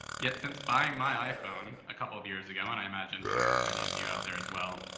yet since buying my iphone a couple of years ago, and i imagine for many of you out there as well,